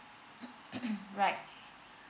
right